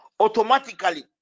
automatically